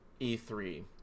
E3